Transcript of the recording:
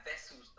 vessels